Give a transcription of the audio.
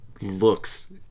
looks